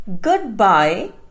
goodbye